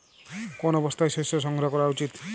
কোন অবস্থায় শস্য সংগ্রহ করা উচিৎ?